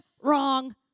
wrong